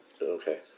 Okay